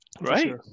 right